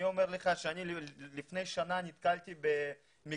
אני אומר לך שאני לפני שנה נתקלתי במקרה,